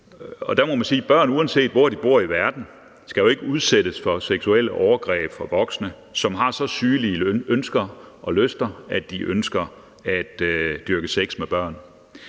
Og der må man sige, at børn – uanset hvor de bor i verden – jo ikke skal udsættes for seksuelle overgreb fra voksne, som har så sygelige ønsker og lyster, at de ønsker at dyrke sex med børn.